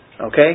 Okay